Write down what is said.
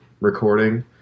recording